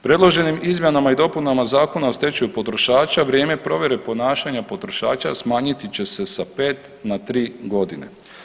Predloženim izmjenama i dopunama Zakona o stečaju potrošača vrijeme provjere ponašanja potrošača smanjiti će se sa 5 na 3 godine.